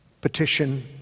petition